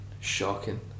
shocking